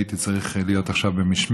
הייתי צריך להיות עכשיו במשמרת,